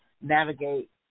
navigate